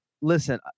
Listen